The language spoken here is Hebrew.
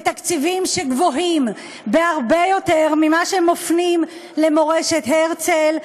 בתקציבים שגבוהים בהרבה ממה שמפנים למורשת הרצל,